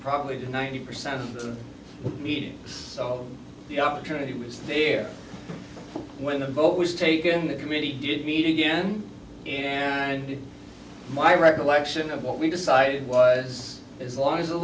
probably to ninety percent of the meetings so the opportunity was there when the vote was taken the committee did meet again in and my recollection of what we decided was as long as the